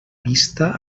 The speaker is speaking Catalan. vista